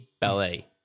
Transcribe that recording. Ballet